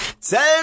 Tell